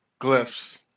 glyphs